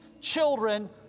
children